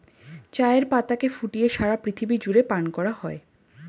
চায়ের পাতাকে ফুটিয়ে সারা পৃথিবী জুড়ে পান করা হয়